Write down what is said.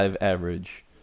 average